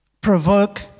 provoke